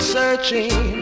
searching